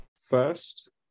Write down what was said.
first